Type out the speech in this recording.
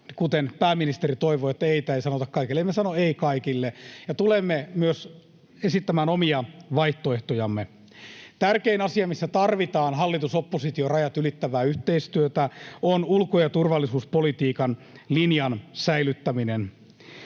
kuten pääministeri toivoi, että ”eitä” ei sanota kaikille. Emme sano ”ei” kaikille. Tulemme esittämään myös omia vaihtoehtojamme. Tärkein asia, missä tarvitaan hallitus—oppositio-rajat ylittävää yhteistyötä, on ulko- ja turvallisuuspolitiikan linjan säilyttäminen.